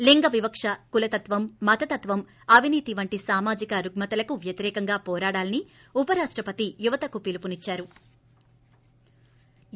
లింగ వివక కులతత్వం మతత్వం అవినీతి వంటి సామాజిక రుగ్మతలకు వ్యతిరేకంగా పోరాడాలని ఉప రాష్టపతి యువతకు పిలుపునిచ్చారు